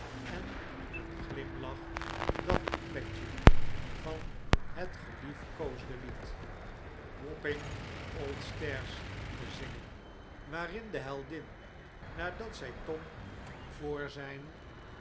en een glimlach dat coupletje van het geliefkoosde lied wapping old stairs te zingen waarin de heldin nadat zij tom voor zijn